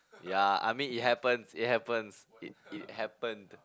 ya I mean it happens it happens it it happened